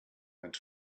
went